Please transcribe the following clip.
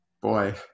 boy